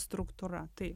struktūra tai